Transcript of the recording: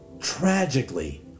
tragically